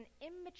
immature